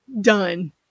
done